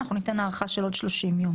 אנחנו ניתן הארכה של עוד 30 יום,